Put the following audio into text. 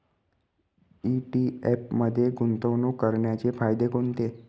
ETF मध्ये गुंतवणूक करण्याचे फायदे कोणते?